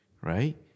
Right